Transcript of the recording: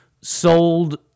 sold